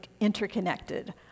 interconnected